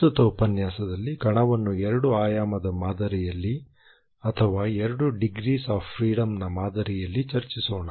ಪ್ರಸ್ತುತ ಉಪನ್ಯಾಸದಲ್ಲಿ ಕಣವನ್ನು ಎರಡು ಆಯಾಮದ ಮಾದರಿಯಲ್ಲಿ ಅಥವಾ ಎರಡು ಡಿಗ್ರೀಸ್ ಆಫ್ ಫ್ರೀಡಂನ ಮಾದರಿಯಲ್ಲಿ ಚರ್ಚಿಸೋಣ